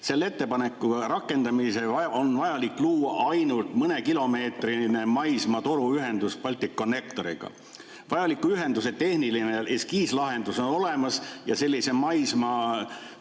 Selle ettepaneku rakendamiseks on vajalik luua ainult mõnekilomeetrine maismaa‑toruühendus Balticconnectoriga. Vajaliku ühenduse tehniline eskiislahendus on olemas ja sellise maismaatoru